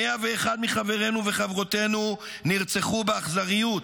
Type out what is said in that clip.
101 מחברינו וחברותינו נרצחו באכזריות,